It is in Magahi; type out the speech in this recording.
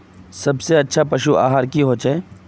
सबसे अच्छा पशु आहार की होचए?